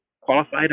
qualified